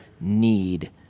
need